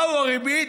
מהי הריבית?